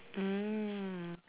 mm